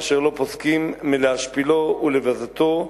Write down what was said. אשר לא פוסקים מלהשפילו ולבזותו,